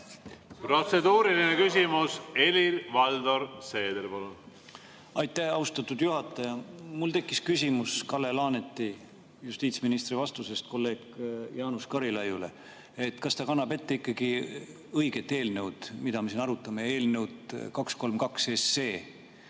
Protseduuriline küsimus, Helir-Valdor Seeder, palun! Aitäh, austatud juhataja! Mul tekkis küsimus Kalle Laaneti, justiitsministri vastusest kolleeg Jaanus Karilaiule. Kas ta kannab ette ikka õiget eelnõu, mida me siin arutame, eelnõu 232?